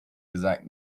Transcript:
gesagt